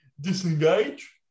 disengage